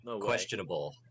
questionable